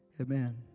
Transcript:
Amen